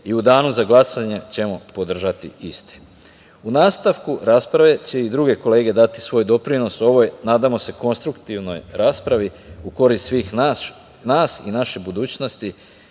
U danu za glasanje ćemo podržati isti.U nastavku rasprave će i druge kolege dati i svoj doprinos ovoj, nadamo se, konstruktivnoj raspravi u korist svih nas i naše budućnosti. Samo